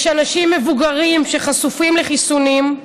יש אנשים מבוגרים שחשופים, חיסונים,